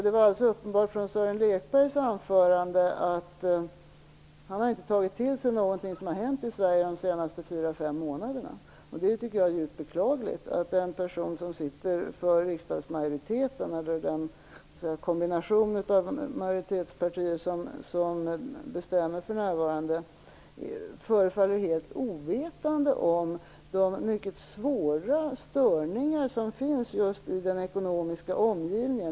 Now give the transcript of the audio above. Det var alldeles uppenbart av Sören Lekbergs anförande att han inte har tagit till sig någonting av det som har hänt i Sverige de senaste fyra fem månaderna. Det tycker jag är djupt beklagligt, att en person som sitter för den kombination av majoritetspartier som för närvarande bestämmer i riksdagen förefaller helt ovetande om de mycket svåra störningar som finns just i den ekonomiska omgivningen.